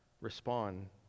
respond